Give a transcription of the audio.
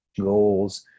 goals